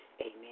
amen